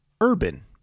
urban